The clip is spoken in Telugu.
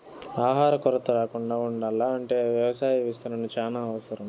ఆహార కొరత రాకుండా ఉండాల్ల అంటే వ్యవసాయ విస్తరణ చానా అవసరం